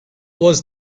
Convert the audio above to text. was